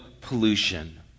pollution